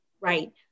right